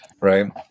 right